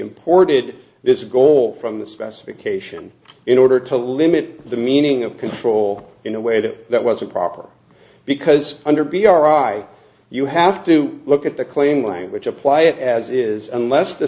imported this goal from the specification in order to limit the meaning of control in a way that that was improper because under be arye you have to look at the claim language apply it as is unless the